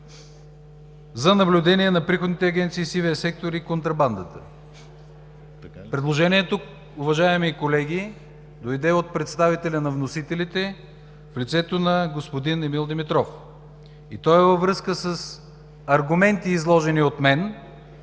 за наблюдение на приходните агенции, сивия сектор и контрабандата. Предложението, уважаеми колеги, дойде от представителя на вносителите в лицето на господин Емил Димитров. То е във връзка с аргументи, изложени от мен,